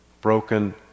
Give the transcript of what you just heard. broken